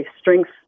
strength